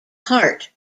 heart